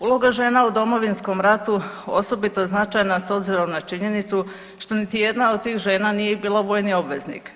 Uloga žena u Domovinskom ratu osobito je značajna s obzirom na činjenicu što niti jedna od tih žena nije bila vojni obveznik.